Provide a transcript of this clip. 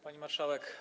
Pani Marszałek!